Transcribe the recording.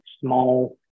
small